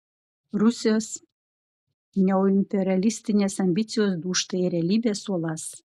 rusijos neoimperialistinės ambicijos dūžta į realybės uolas